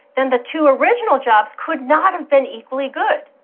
then the two original jobs could not have been equally good.